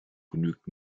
genügt